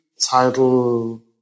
title